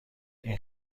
این